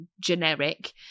generic